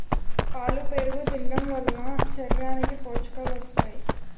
పాలు పెరుగు తినడంవలన శరీరానికి పోషకాలు వస్తాయి